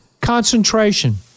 Concentration